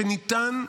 שניתן,